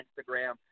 Instagram